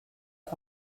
are